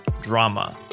Drama